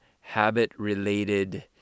habit-related